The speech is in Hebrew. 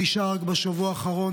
תשעה רק בשבוע האחרון.